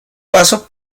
paso